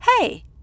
Hey